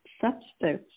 substance